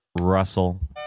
Russell